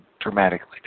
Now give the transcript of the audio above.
dramatically